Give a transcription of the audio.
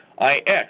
IX